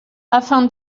afin